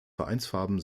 vereinsfarben